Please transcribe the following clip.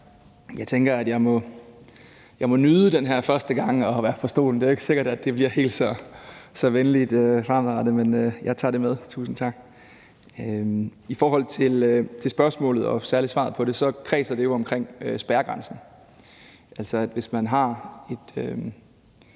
Jeg tænker, at jeg må nyde den her første gang, jeg er på talerstolen; det er jo ikke sikkert, at det bliver helt så venligt fremadrettet, men jeg tager det med, så tusind tak. I forhold til spørgsmålet og særlig svaret på det kredser det jo omkring spærregrænsen. Altså, hvis man har en